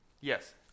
Yes